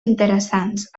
interessants